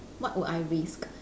what would I risk